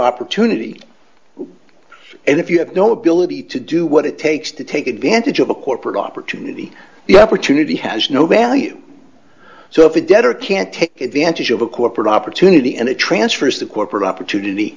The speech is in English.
opportunity and if you have no ability to do what it takes to take advantage of a corporate opportunity the opportunity has no value so if a debtor can't take advantage of a corporate opportunity and it transfers the corporate opportunity